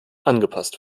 angepasst